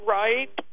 right